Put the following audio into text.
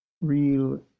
real